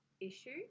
issue